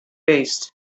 paste